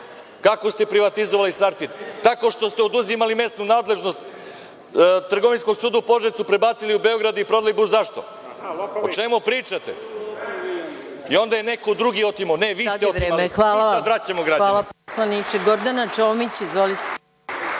Kako ste privatizovali „Sartid“? Tako što ste oduzimali mesnu nadležnost Trgovinskom sudu u Požarevcu, prebacili u Beograd i prodali bud zašto. O čemu pričate? I onda je neko drugi otimao? Ne, vi ste otimali, a mi sad vraćamo građanima.